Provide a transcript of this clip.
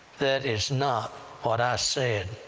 that is not what i said.